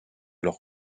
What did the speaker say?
leur